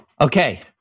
Okay